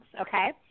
okay